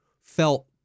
felt